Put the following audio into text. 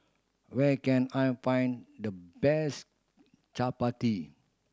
where can I find the best Chapati